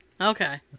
Okay